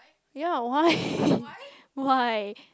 ya why why